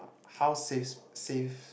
how safe safe